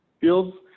fields